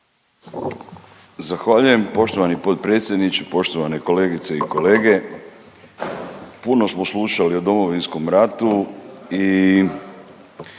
Zahvaljujem poštovani potpredsjedniče, poštovane kolegice i kolege. Puno smo slušali o Domovinskom ratu i